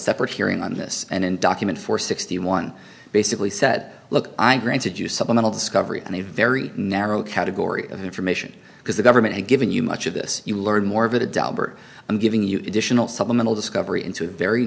separate hearing on this and in document four sixty one basically said look i granted you supplemental discovery and a very narrow category of information because the government had given you much of this you learned more of a daubert i'm giving you dish and supplemental discovery into a very